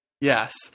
yes